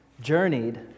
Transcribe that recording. journeyed